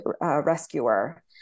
rescuer